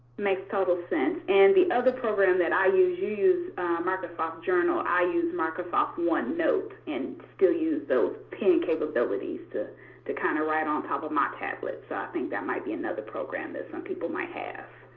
makes total sense. and the other program that i use you use microsoft journal. i use microsoft onenote and still use those pen capabilities to to kind of write on top of my tablet. so i think that might be another program that some people might have.